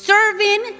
Serving